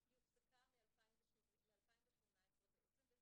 מ-2018 בעצם,